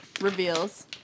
Reveals